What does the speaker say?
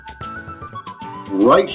right